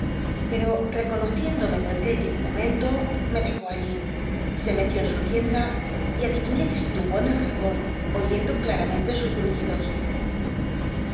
pero reconociéndome en el cl'itico momento me dejó allí se metió en su tienda y adiviné qtie se tumbó en el jergon oyendo claramente sus gruñidos